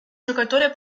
giocatore